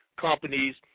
companies